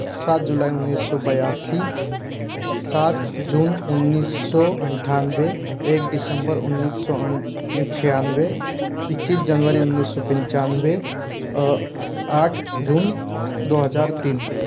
सात जुलाई उन्नीस सौ बयासी सात जून उन्नीस सौ अठानवे एक दिसंबर उन्नीस सौ अठानवे इक्कीस जनवरी उन्नीस सौ पिंचानवे और आठ जून दो हजार तीन